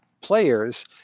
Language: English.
players